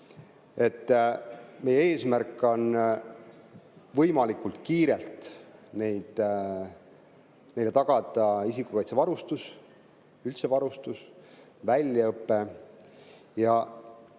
meie eesmärk on võimalikult kiirelt neile tagada isikukaitsevarustus, üldse varustus, väljaõpe.